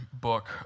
book